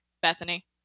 Bethany